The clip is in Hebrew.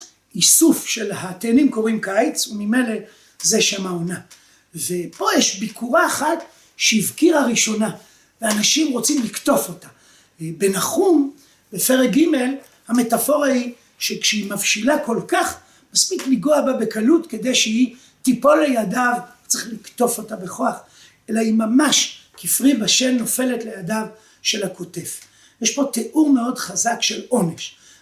‫איסוף של התאנים קוראים קיץ, ‫וממילא זה שם העונה. ‫ופה יש ביכורה אחת ‫שהבכירה ראשונה, ‫ואנשים רוצים לקטוף אותה. ‫בנחום, בפרק ג', המטאפורה היא ‫שכשהיא מבשילה כל כך, ‫מספיק ליגוע בה בקלות ‫כדי שהיא תיפול לידיו, ‫לא צריך לקטוף אותה בכוח, ‫אלא היא ממש כפרי בשל ‫נופלת לידיו של הקוטף. ‫יש פה תיאור מאוד חזק של עונש. ‫